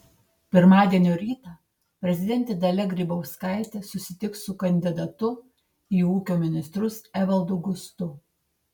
pirmadienio rytą prezidentė dalia grybauskaitė susitiks su kandidatu į ūkio ministrus evaldu gustu